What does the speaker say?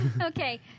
Okay